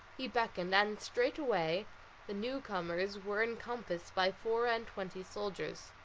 he beckoned, and straightway the new-comers were encompassed by four-and-twenty soldiers.